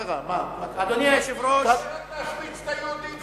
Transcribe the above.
להשמיץ את היהודים.